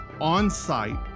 on-site